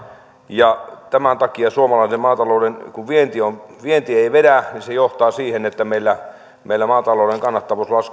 ja tämän takia suomalaisen maatalouden vienti ei vedä se johtaa siihen että meillä meillä maatalouden kannattavuus